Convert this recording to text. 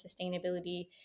sustainability